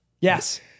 Yes